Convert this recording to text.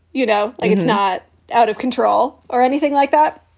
you know, like it's not out of control or anything like that.